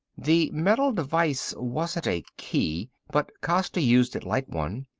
the metal device wasn't a key, but costa used it like one.